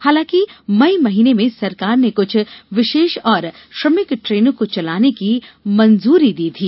हालांकि मई महीने में सरकार ने क्छ विशेष और श्रमिक ट्रेनों को चलाने की मंजूरी दी थी